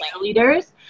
leaders